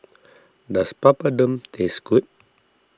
does Papadum taste good